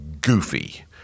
goofy